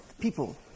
people